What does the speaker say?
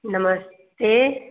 नमस्ते